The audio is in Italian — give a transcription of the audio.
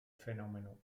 fenomeno